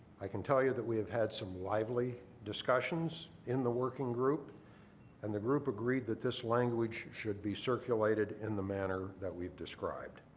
i can tell you that we have had some lively discussions in the working group and the group agreed that this language should be circulated in the manner that we've described.